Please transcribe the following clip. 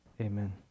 Amen